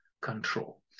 control